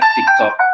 TikTok